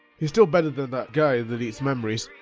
he's still better than that guy that eats memories.